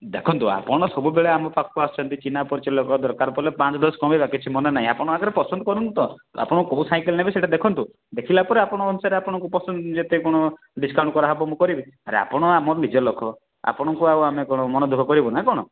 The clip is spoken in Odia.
ଦେଖନ୍ତୁ ଆପଣ ସବୁବେଳେ ଆମ ପାଖକୁ ଆସୁଛନ୍ତି ଚିହ୍ନା ପରିଚୟ ଲୋକ ଦରକାର ପଡ଼ିଲେ ପାଞ୍ଚ ଦଶ କମାଇବା କିଛି ମନା ନାହିଁ ଆପଣ ଆଗ ପସନ୍ଦ କରନ୍ତୁ ତ ଆପଣ କେଉଁ ସାଇକେଲ ନେବେ ସେଇଟା ଦେଖନ୍ତୁ ଦେଖିଲା ପରେ ଆପଣ ଅନୁସାରରେ ଆପଣଙ୍କୁ ପସନ୍ଦ ଯେତେ କ'ଣ ଡିସକାଉଣ୍ଟ କରାହବ ମୁଁ କରିବି ଆରେ ଆପଣ ଆମର ନିଜ ଲୋକ ଆପଣଙ୍କୁ ଆମେ ଆଉ କ'ଣ ମନ ଦୁଃଖ କରାଇବୁ ନା କ'ଣ